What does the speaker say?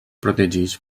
protegits